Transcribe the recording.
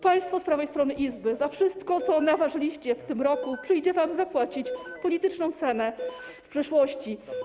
Państwo z prawej strony izby, za wszystko, co nawarzyliście w tym roku, przyjdzie wam zapłacić polityczną cenę w przyszłości.